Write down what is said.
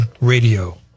Radio